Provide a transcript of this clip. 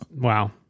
Wow